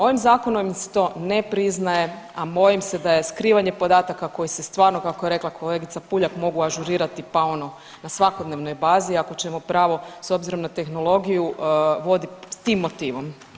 Ovim zakonom im se to ne priznaje, a bojim se da je skrivanje podataka koji se stvarno kako je rekla kolegica Puljak mogu ažurirati, pa ono na svakodnevnoj bazi, ako ćemo pravo s obzirom na tehnologiju vodi s tim motivom.